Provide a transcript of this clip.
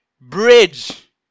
Bridge